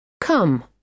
Come